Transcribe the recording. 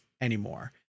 anymore